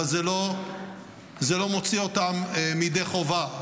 אבל זה לא מוציא אותם ידי חובה.